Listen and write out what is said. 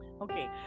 Okay